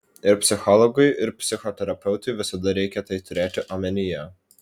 ir psichologui ir psichoterapeutui visada reikia tai turėti omenyje